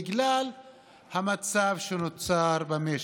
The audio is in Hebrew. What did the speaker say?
בגלל המצב שנוצר במשק,